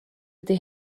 ydy